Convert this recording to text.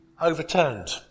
overturned